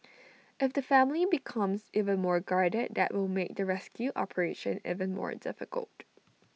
if the family becomes even more guarded that will make the rescue operation even more difficult